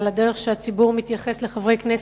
על הדרך שבה הציבור מתייחס לחברי הכנסת.